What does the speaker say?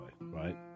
Right